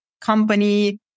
company